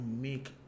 make